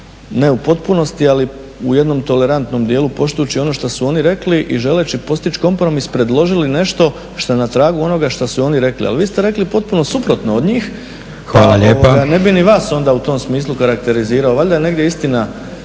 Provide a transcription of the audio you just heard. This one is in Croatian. ne u potpunosti ali u jednom tolerantnom dijelu poštujući ono što su oni rekli i želeći postići kompromis predložili nešto što je na tragu onoga što su i oni rekli. Ali vi ste rekli potpuno suprotno od njih, pa ne bih ni vas onda u tom smislu karakterizirao. Valjda je negdje istina